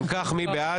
אם כך, מי בעד?